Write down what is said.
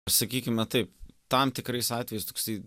sakykime taip tam tikrais atvejais toksai